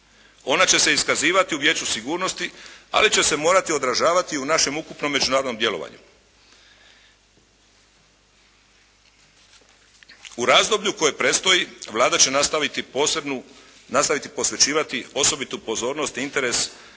Ona će se iskazivati u Vijeću sigurnosti ali će se morati odražavati u našem ukupnom međunarodnom djelovanju. U razdoblju koje predstoji Vlada će nastaviti posebnu, nastaviti posvećivati osobitu pozornost i interes za